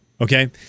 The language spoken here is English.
Okay